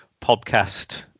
podcast